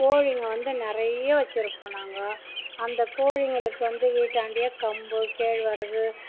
கோழிங்க வந்து நிறைய வச்சி இருப்போம் நாங்கள் அந்த கோழிங்களுக்கு வந்து வீட்டாண்டையே கம்பு கேழ்வரகு